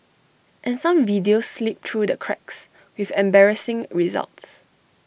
and some videos slip through the cracks with embarrassing results